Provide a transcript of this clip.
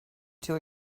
too